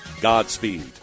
Godspeed